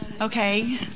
okay